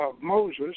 Moses